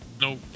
Nope